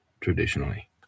traditionally